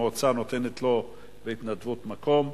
המועצה נותנת לו בהתנדבות מקום,